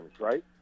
right